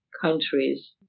countries